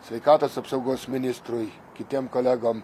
sveikatos apsaugos ministrui kitiem kolegom